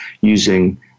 using